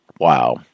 wow